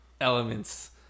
elements